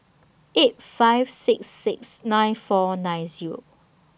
eight five six six nine four nine Zero